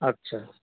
আচ্ছা